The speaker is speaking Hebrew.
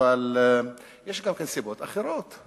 אבל יש גם סיבות אחרות.